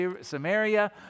Samaria